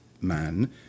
man